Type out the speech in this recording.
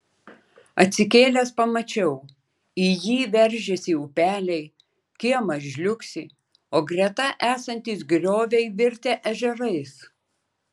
atsikėlęs pamačiau į jį veržiasi upeliai kiemas žliugsi o greta esantys grioviai virtę ežerais